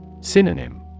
Synonym